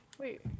Wait